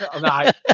Right